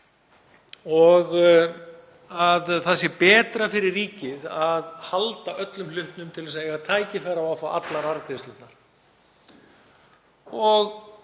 og að það sé betra fyrir ríkið að halda öllum hlutnum til þess að eiga tækifæri á að fá allar arðgreiðslurnar.